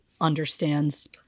understands